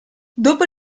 dopo